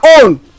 own